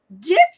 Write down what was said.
get